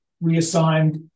reassigned